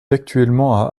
actuellement